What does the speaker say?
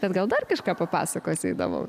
bet gal dar kažką papasakosi įdomaus